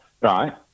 right